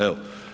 Evo.